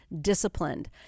disciplined